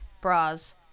bras